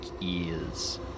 ears